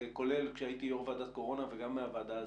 כולל כשהייתי יושב-ראש ועדת הקורונה וגם מהוועדה הזו,